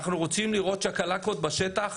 אנחנו רוצים לראות צ'קלקות בשטח,